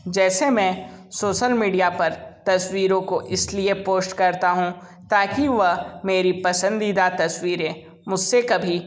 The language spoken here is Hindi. जैसे मैं सोसल मीडिया पर तस्वीरों को इसलिए पोष्ट करता हूँ ताकि वह मेरी पसंदीदा तस्वीरें मुझसे कभी